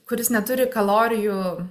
kuris neturi kalorijų